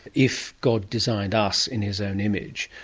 if god designed us in his own image,